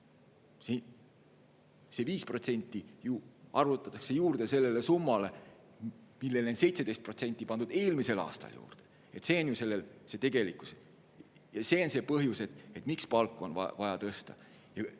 See 5% ju arvutatakse juurde sellele summale, millele on 17% pandud eelmisel aastal juurde. See on ju see tegelikkus. Ja see on põhjus, miks on vaja palku